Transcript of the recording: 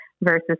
versus